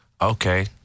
Okay